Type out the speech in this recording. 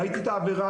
ראיתי את האווירה,